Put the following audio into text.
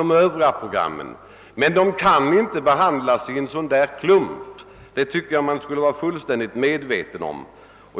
om Övriga frågor, men de kan inte behandlas i klump. Det borde man inom högerpartiet vara helt medveten om.